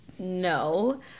No